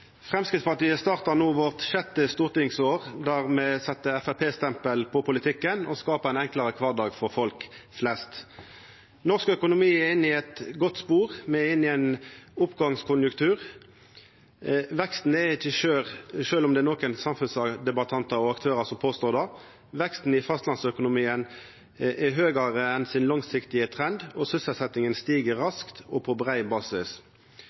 Framstegspartiet startar no det sjette stortingsåret der me set Framstegsparti-stempel på politikken og skapar ein enklare kvardag for folk flest. Norsk økonomi er inne i eit godt spor, me er inne i ein oppgangskonjunktur. Veksten er ikkje skjør – sjølv om nokre samfunnsdebattantar og -aktørar påstår det. Veksten i fastlandsøkonomien er høgare enn den langsiktige trenden, og sysselsettjinga stig raskt og på brei basis.